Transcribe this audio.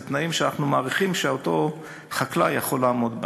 אלה תנאים שאנחנו מעריכים שאותו חקלאי יכול לעמוד בהם.